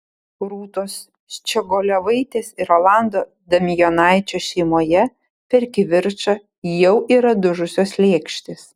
rūtos ščiogolevaitės ir rolando damijonaičio šeimoje per kivirčą jau yra dužusios lėkštės